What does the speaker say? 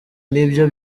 n’ibyo